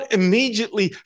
immediately